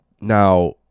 Now